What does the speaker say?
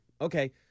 Okay